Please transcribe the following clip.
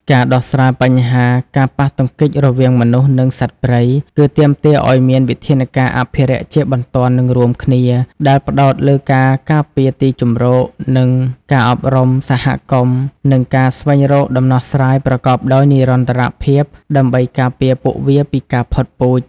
ការដោះស្រាយបញ្ហាការប៉ះទង្គិចរវាងមនុស្ស និងសត្វព្រៃ គឺទាមទារឲ្យមាន វិធានការអភិរក្សជាបន្ទាន់ និងរួមគ្នា ដែលផ្តោតលើការការពារទីជម្រក ការអប់រំសហគមន៍ និងការស្វែងរកដំណោះស្រាយប្រកបដោយនិរន្តរភាព ដើម្បីការពារពួកវាពីការផុតពូជ។